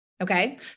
Okay